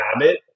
habit